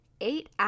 eight